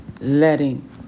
letting